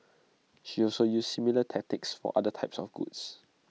she also used similar tactics for other types of goods